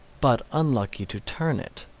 but unlucky to turn it.